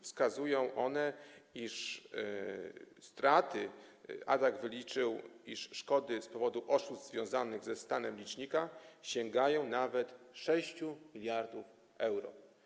Wskazują one, iż straty, jak wyliczył ADAC, szkody z powodu oszustw związanych ze stanem licznika sięgają nawet 6 mld euro.